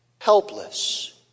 helpless